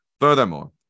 Furthermore